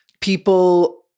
people